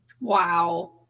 Wow